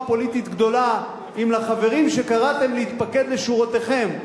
פוליטית גדולה אם לחברים שקראתם להתפקד לשורותיכם,